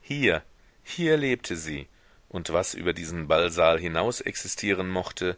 hier hier lebte sie und was über diesen ballsaal hinaus existieren mochte